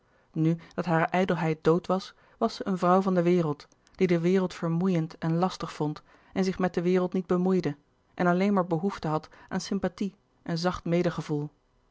nu dat hare ijdelheid dood was was zij een vrouw van de wereld die de wereld vermoeiend en lastig vond en zich met de wereld niet bemoeide en alleen maar behoefte had aan sympathie en zacht